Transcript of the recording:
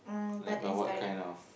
like but what kind of